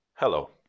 Hello